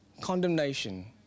condemnation